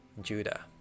Judah